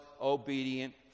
obedient